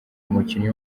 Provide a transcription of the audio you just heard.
umukinnyi